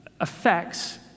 affects